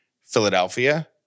Philadelphia